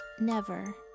never